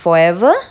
forever